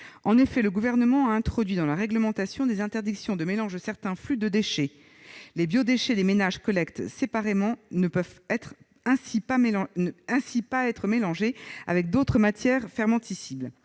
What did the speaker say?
En effet, le Gouvernement a introduit dans la réglementation des interdictions de mélange de certains flux de déchets. Les biodéchets des ménages collectés séparément ne peuvent ainsi pas être mélangés avec d'autres matières fermentescibles.